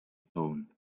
tone